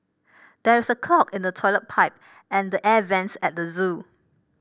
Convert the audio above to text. there is a clog in the toilet pipe and the air vents at the zoo